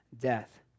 death